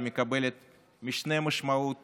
היא מקבלת משנה משמעות